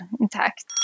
intact